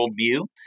worldview